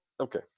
Okay